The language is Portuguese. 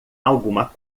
alguma